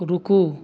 रूकू